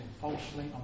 falsely